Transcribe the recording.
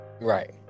Right